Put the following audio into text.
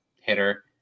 hitter